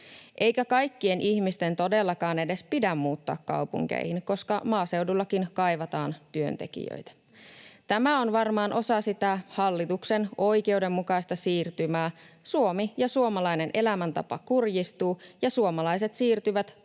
Eikä kaikkien ihmisten todellakaan edes pidä muuttaa kaupunkeihin, koska maaseudullakin kaivataan työntekijöitä. Tämä on varmaan osa sitä hallituksen oikeudenmukaista siirtymää: Suomi ja suomalainen elämäntapa kurjistuvat, ja suomalaiset siirtyvät työn